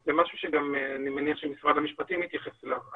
זה משהו שאני מניח שגם משרד המשפטים יתייחס אליו.